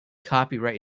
copyright